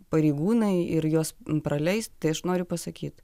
pareigūnai ir juos praleis tai aš noriu pasakyt